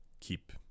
keep